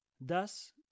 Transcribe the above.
Thus